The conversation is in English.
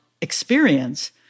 experience